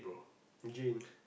gym